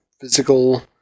physical